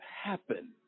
happen